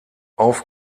auf